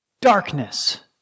Darkness